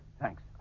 Thanks